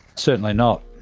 certainly not,